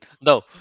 No